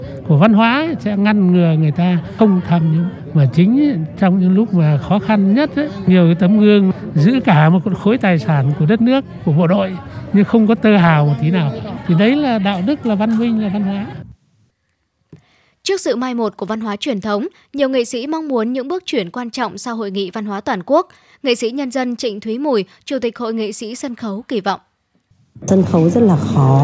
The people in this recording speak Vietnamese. của văn hóa ấy sẽ ngăn ngừa người ta không tham nhũng. Mà chính trong những lúc mà khó khăn nhất ấy, nhiều cái tấm gương giữ cả một con khối tài sản của đất nước, của bộ đội, nhưng không có tơ hào một tí nào. Thì đấy là đạo đức, là văn minh, là văn hóa. Trước sự mai một của văn hóa truyền thống, nhiều nghệ sĩ mong muốn những bước chuyển quan trọng sau Hội nghị Văn hóa Toàn quốc. Nghệ sĩ nhân dân Trịnh Thúy Mùi, Chủ tịch Hội nghệ sĩ sân khấu kỳ vọng. Sân khấu rất là khó.